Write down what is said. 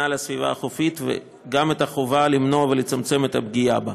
על הסביבה החופית וגם את החובה למנוע ולצמצם את הפגיעה בה.